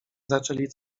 zaczęli